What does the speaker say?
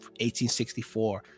1864